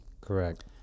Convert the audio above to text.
Correct